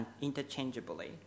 interchangeably